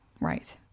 right